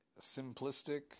simplistic